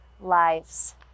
lives